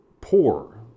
poor